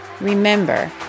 Remember